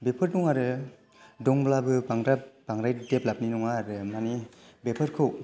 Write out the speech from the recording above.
बेफोर दं आरो दंब्लाबो बांद्राय देभलप्त नि नङा आरो माने बेफोरखौ